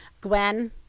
Gwen